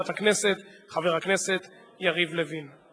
החוק כמובן עבר